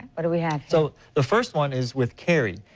what do we have? so the first one is with carrie.